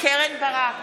קרן ברק,